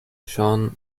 sean